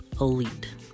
elite